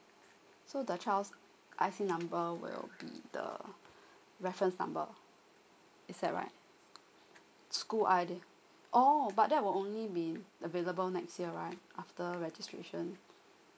so the child's I D number will be the reference number is that right school I D oh but that will only be available next year right after registration